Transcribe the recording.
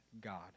God